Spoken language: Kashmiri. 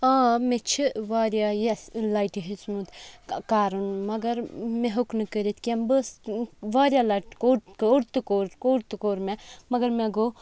آ مےٚ چھِ واریاہ یِژھٕ لَٹہِ ہیٚوتمُت کَرُن مَگَر مےٚ ہیٚوک نہٕ کٔرِتھ کیٚنٛہہ بہٕ ٲسٕس واریاہ لَٹہِ کوٚر تہٕ کوٚر کوٚر تہٕ کوٚر مےٚ مَگَر مےٚ گوٚو